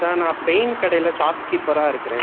sir நான் paint கடையில் shop கீப்பராக இருக்குகிறேன்